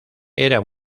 era